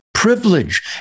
privilege